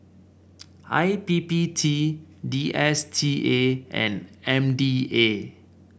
I P P T D S T A and M D A